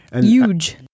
Huge